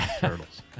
turtles